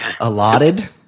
allotted